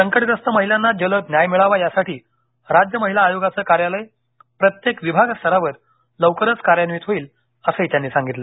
संकटग्रस्त महिलांना जलद न्याय मिळावा यासाठी राज्य महिला आयोगाचं कार्यालय प्रत्येक विभाग स्तरावर लवकरच कार्यान्वित होईल असं त्यांनी सांगितलं